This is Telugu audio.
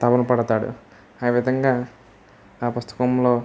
తపన పడతాడు ఆ విధంగా ఆ పుస్తకంలో